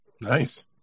Nice